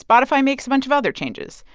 spotify makes a bunch of other changes.